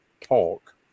talk